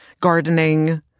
gardening